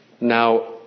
Now